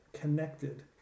connected